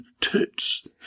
tits